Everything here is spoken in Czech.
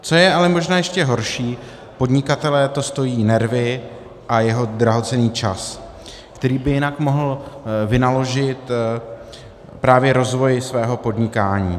Co je ale možná ještě horší, podnikatele to stojí nervy a jeho drahocenný čas, který by jinak mohl vynaložit právě rozvoji svého podnikání.